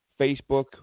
Facebook